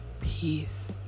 peace